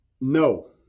No